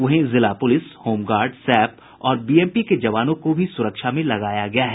वहीं जिला police home guard SAP और बीएमपी के जवानों को भी सुरक्षा में लगाया गया है